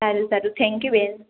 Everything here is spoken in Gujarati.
સારું સારું થેંક યુ બેન